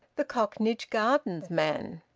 the cocknage gardens man.